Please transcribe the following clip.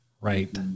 right